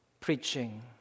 preaching